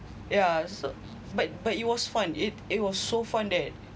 ya so but but it was fun it it was so fun that